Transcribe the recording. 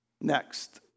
Next